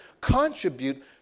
Contribute